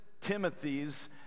timothy's